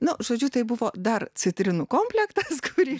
nu žodžiu tai buvo dar citrinų komplektas kurį